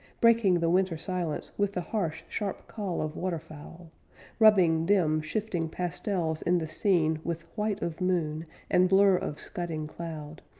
breaking the winter silence with the harsh sharp call of waterfowl rubbing dim shifting pastels in the scene with white of moon and blur of scudding cloud,